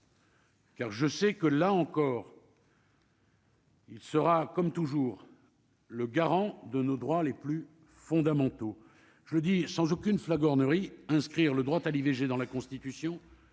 Car je sais que là encore. Il sera comme toujours le garant de nos droits les plus fondamentaux, je le dis sans aucune flagornerie inscrire le droit à l'IVG dans la Constitution,